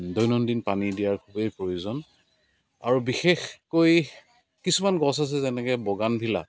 দৈনন্দিন পানী দিয়াৰ খুবেই প্ৰয়োজন আৰু বিশেষকৈ কিছুমান গছ আছে যেনেকৈ বগানভিলা